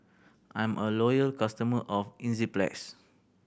I'm a loyal customer of Enzyplex